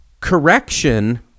Correction